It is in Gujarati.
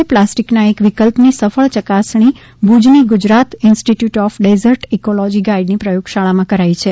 ત્યારે પ્લાસ્ટિકના એક વિકલ્પની સફળ ચકાસણી ભુજની Gujarat Institute of Desert Ecology ગાઇડની પ્રયોગશાળામાં કરાઇ છે